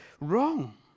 wrong